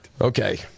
Okay